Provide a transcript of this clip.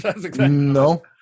No